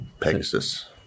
Pegasus